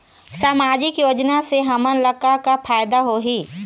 सामाजिक योजना से हमन ला का का फायदा होही?